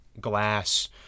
glass